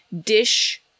dish